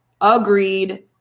agreed